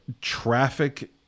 traffic